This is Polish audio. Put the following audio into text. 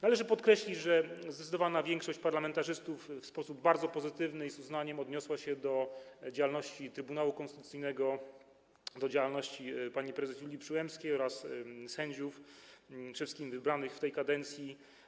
Należy podkreślić, że zdecydowana większość parlamentarzystów w sposób bardzo pozytywny i z uznaniem odniosła się do działalności Trybunału Konstytucyjnego, do działalności pani prezes Julii Przyłębskiej oraz sędziów, przede wszystkim wybranych w tej kadencji.